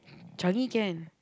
Changi can